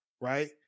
right